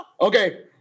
Okay